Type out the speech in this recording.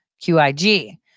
Q-I-G